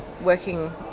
working